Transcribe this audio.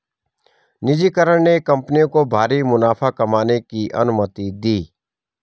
निजीकरण ने कंपनियों को भारी मुनाफा कमाने की अनुमति दी